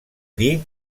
dir